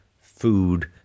food